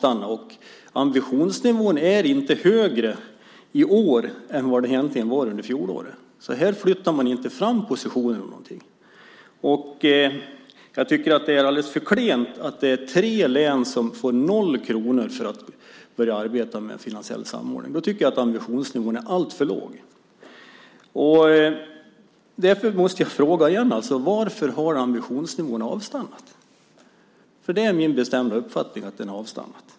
Ambitionsnivån är inte högre i år än vad den var under fjolåret, så här flyttar man inte fram positionerna någonting. Jag tycker att det är alldeles för klent att det är tre län som får noll kronor för att börja arbeta med finansiell samordning. Då tycker jag att ambitionsnivån är alldeles för låg. Därför måste jag fråga igen: Varför har ambitionsnivån avstannat? Min bestämda uppfattning är att den har avstannat.